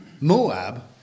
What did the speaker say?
Moab